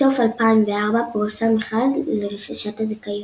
בסוף 2004 פורסם מכרז לרכישת הזיכיון.